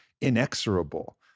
inexorable